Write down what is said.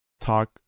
Talk